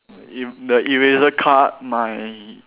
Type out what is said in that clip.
if the eraser card my